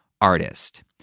artist